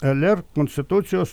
lr konstitucijos